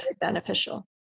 beneficial